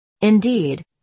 Indeed